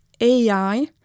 AI